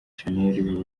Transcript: shanel